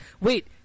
wait